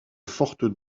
forte